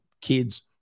kids